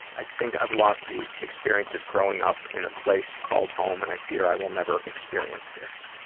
i think i've lost the experience of growing up in a place called home and i fear i will never experience this.